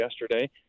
yesterday